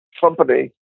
company